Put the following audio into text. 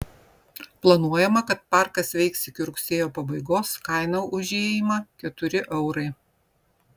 planuojama kad parkas veiks iki rugsėjo pabaigos kaina už įėjimą keturi eurai